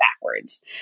backwards